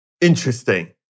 Interesting